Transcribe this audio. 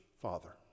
father